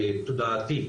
תודעתי,